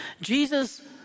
Jesus